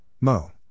Mo